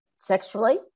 sexually